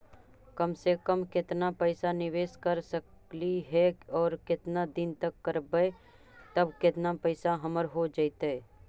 कम से कम केतना पैसा निबेस कर सकली हे और केतना दिन तक करबै तब केतना पैसा हमर हो जइतै?